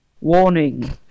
Warning